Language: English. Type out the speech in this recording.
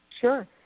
Sure